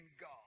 God